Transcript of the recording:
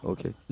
Okay